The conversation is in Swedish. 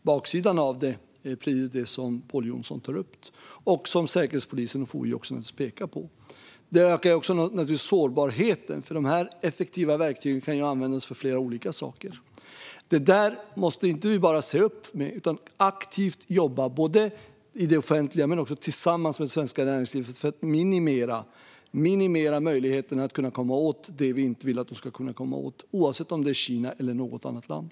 Baksidan av det är precis det som Pål Jonson tar upp och som Säkerhetspolisen och FOI naturligtvis pekar på. Det ökar naturligtvis också sårbarheten, eftersom dessa effektiva verktyg kan användas för flera olika saker. Detta måste vi inte bara se upp med utan aktivt jobba med, både i det offentliga och tillsammans med det svenska näringslivet, för att minimera möjligheterna för andra att komma åt det som vi inte vill att de ska kunna komma åt, oavsett om det är Kina eller något annat land.